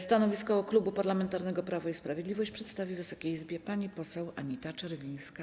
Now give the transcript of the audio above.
Stanowisko Klubu Parlamentarnego Prawo i Sprawiedliwość przedstawi Wysokiej Izbie pani poseł Anita Czerwińska.